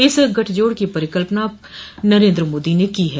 इस गठजोड़ को परिकल्पना नरेंद्र मोदी ने की है